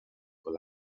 con